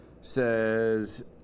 says